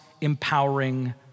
Empowering